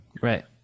right